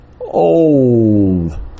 old